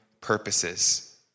purposes